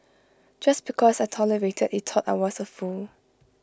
just because I tolerated he thought I was A fool